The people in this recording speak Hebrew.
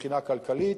מבחינה כלכלית,